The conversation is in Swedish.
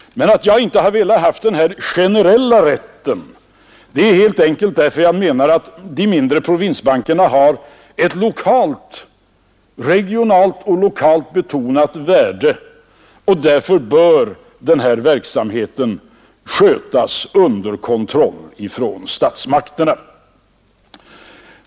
Men jag har inte velat ha den här generella rätten helt enkelt därför att jag menar att de mindre provinsbankerna har ett regionalt och lokalt betonat värde och att därför den här verksamheten bör skötas under kontroll från statsmakterna.